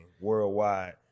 Worldwide